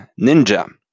Ninja